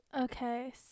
Okay